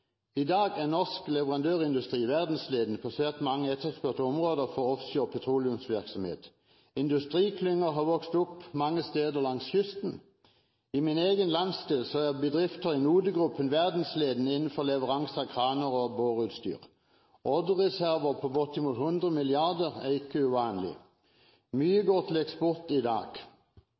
I dag er norsk leverandørindustri verdensledende på svært mange etterspurte områder for offshore- og petroleumsvirksomhet. Industriklynger har vokst opp mange steder langs kysten. I min egen landsdel er bedrifter i NODE-gruppen verdensledende innenfor leveranse av kraner og boreutstyr. Ordrereserver på bortimot 100 mrd. kr er ikke uvanlig. Mye går til eksport i dag.